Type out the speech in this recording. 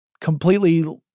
completely